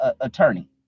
attorney